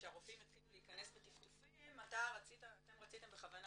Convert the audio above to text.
שהרופאים יתחילו להיכנס בטפטופים אתם רציתם בכוונה